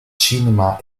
cinema